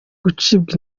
gucibwa